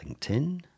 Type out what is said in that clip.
LinkedIn